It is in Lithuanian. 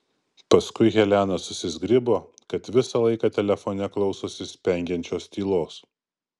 paskui helena susizgribo kad visą laiką telefone klausosi spengiančios tylos